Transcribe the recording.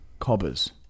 cobbers